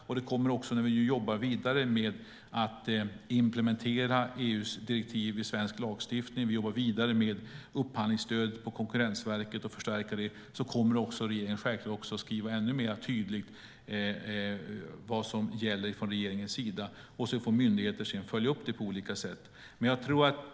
Och vi går vidare med upphandlingsstöd på Konkurrensverket och förstärker det. Vi kommer också att skriva ännu tydligare vad som gäller enligt regeringen när vi nu jobbar vidare med att implementera EU:s direktiv i svensk lagstiftning sedan får myndigheter följa upp det på olika sätt.